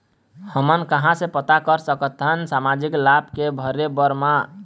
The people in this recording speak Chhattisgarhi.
हमन कहां से पता कर सकथन सामाजिक लाभ के भरे बर मा?